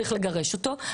צריך לגרש אותו,